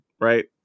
right